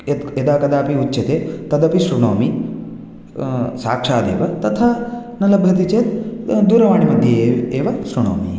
यत् यदाकदापि उच्यते तदपि शृणोमि साक्षादेव तथा न लभते चेत् दूरवाणिमध्ये एव शृणोमि